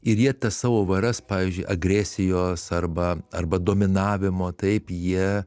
ir jie tas savo varas pavyzdžiui agresijos arba arba dominavimo taip jie